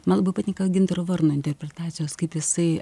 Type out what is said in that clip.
man labai patinka gintaro varno interpretacijos kaip jisai